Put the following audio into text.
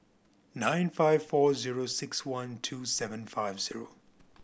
nine five four zero six one two seven five zero